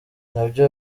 nabyo